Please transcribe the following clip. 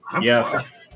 Yes